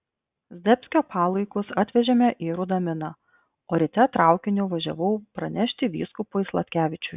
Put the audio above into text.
zdebskio palaikus atvežėme į rudaminą o ryte traukiniu važiavau pranešti vyskupui sladkevičiui